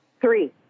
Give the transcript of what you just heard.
Three